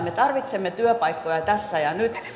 me tarvitsemme työpaikkoja tässä ja nyt